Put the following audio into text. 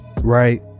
Right